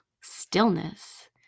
Stillness